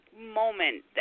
moment